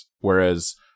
Whereas